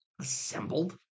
assembled